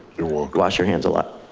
you're welcome. wash your hands a lot.